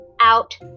out